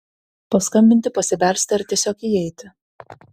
paskambinti pasibelsti ar tiesiog įeiti